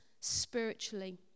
spiritually